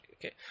Okay